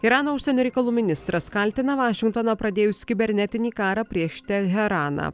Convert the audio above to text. irano užsienio reikalų ministras kaltina vašingtoną pradėjus kibernetinį karą prieš teheraną